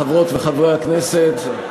חברות וחברי הכנסת,